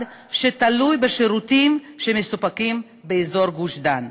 שתלוי בשירותים שמסופקים באזור גוש-דן.